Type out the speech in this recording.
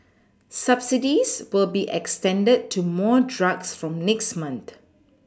subsidies will be extended to more drugs from next month